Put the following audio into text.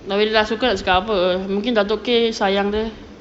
kalau dia suka nak cakap apa mungkin dato K sayang dia